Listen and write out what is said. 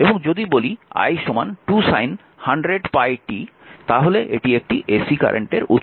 এবং যদি বলি i 2 sin তাহলে এটি একটি ac কারেন্টের উৎস